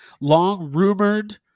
long-rumored